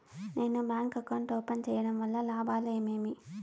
నేను bank account open సేయడం వల్ల లాభాలు ఏమేమి?